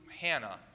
Hannah